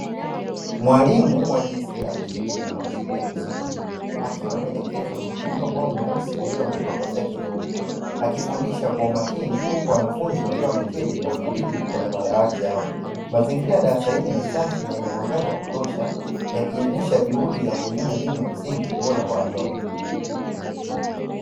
Mwalimu wa jinsia ya kike wa shule ya msingi akiwa anaelekeza kwa kutumia ubao mweusi ulioandikwa kwa chaki nyeupe, akifundisha kwa umakini huku wanafunzi wakiwa wameketi kwa utulivu kwenye madawati yao. Mazingira ya darasa hili ni safi na yenye mwangaza wa kutosha, yakiendesha juhudi za kuinua elimu ya msingi bora kwa watoto.